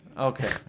Okay